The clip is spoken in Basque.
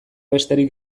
besterik